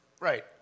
Right